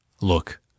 Look